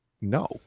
no